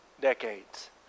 decades